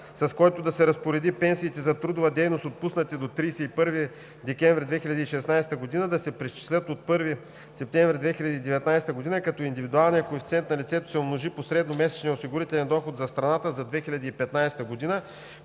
с който да се разпореди пенсиите за трудова дейност, отпуснати до 31 декември 2016 г., да се преизчислят от 1 септември 2019 г., като индивидуалният коефициент на лицето се умножи по средномесечния осигурителен доход за страната за 2015 г.,